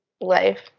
life